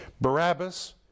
Barabbas